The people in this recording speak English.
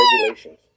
regulations